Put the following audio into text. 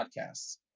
podcasts